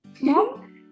mom